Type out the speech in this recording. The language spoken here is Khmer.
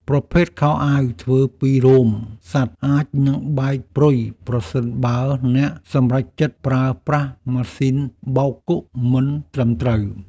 ប្រភេទខោអាវធ្វើពីរោមសត្វអាចនឹងបែកព្រុយប្រសិនបើអ្នកសម្រេចចិត្តប្រើប្រាស់ម៉ាស៊ីនបោកគក់មិនត្រឹមត្រូវ។